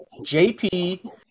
JP